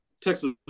Texas